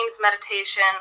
meditation